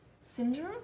syndrome